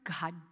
God